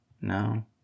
No